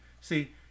See